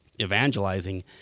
evangelizing